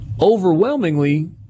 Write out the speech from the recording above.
overwhelmingly